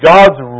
God's